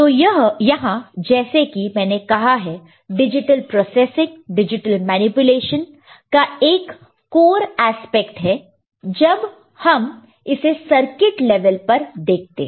तो यहां जैसे कि मैंने कहा है डिजिटल प्रोसेसिंग डिजिटल मैनिपुलेशन का एक कोर एस्पेक्ट है जब हम इसे सर्किट लेवल पर देखते हैं